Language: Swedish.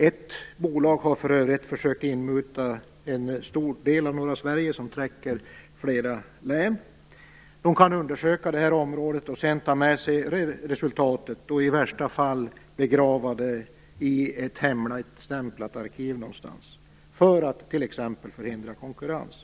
Ett bolag har för övrigt försökt inmuta en stor del av norra Sverige, en yta som täcker flera län. De kan undersöka det här området och sedan ta med sig resultatet för att i värsta fall begrava det i ett hemligstämplat arkiv någonstans, t.ex. för att förhindra konkurrens.